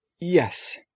yes